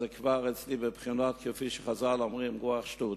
אז זה כבר אצלי בבחינת כפי שחז"ל אומרים: רוח שטות.